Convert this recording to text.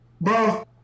bro